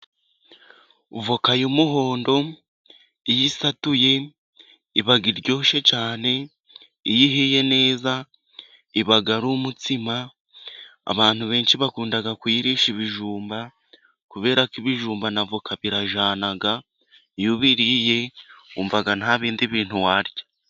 Voka y'umuhondo iyo isatuye iba iryoshye cyane. Iyo ihiye neza iba ari umutsima. Abantu benshi bakunda kuyirisha ibijumba, kubera ko ibijumba na voka birajyana, Iyo ubiriye wumva nta bindi bintu warya.